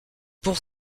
pour